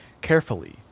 Carefully